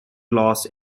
loss